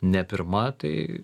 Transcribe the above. ne pirma tai